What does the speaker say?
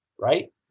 right